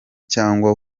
cyangwa